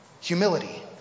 humility